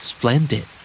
Splendid